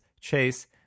Chase